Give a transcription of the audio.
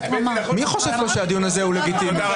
מי חושב פה שהדיון הזה הוא לגיטימי?